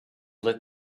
lit